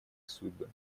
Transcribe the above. судьбы